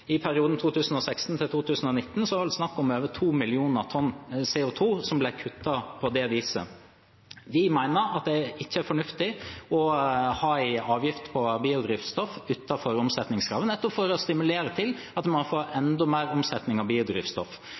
var det snakk om over 2 millioner tonn CO 2 som ble kuttet på det viset. Vi mener det ikke er fornuftig å ha en avgift på biodrivstoff utenfor omsetningskravet, nettopp for å stimulere til at man får enda mer omsetning av biodrivstoff.